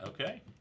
Okay